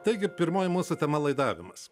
taigi pirmoji mūsų tema laidavimas